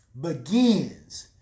begins